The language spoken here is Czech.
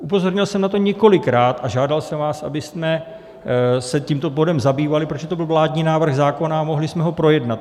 Upozornil jsem na to několikrát a žádal jsem vás, abychom se tím bodem zabývali, protože to byl vládní návrh zákona a mohli jsme ho projednat.